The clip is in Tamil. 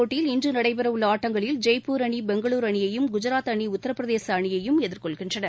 போட்டியில் இன்றுநடைபெறவுள்ளஆட்டங்களில் ஜெய்ப்பூர் ப்ரோகபடிலீக் அணி பெங்களுர் அணியையும் குஜாத் அணி உத்தரப்பிரதேசஅணியையும் எதிர்கொள்கின்றன